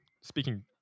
speaking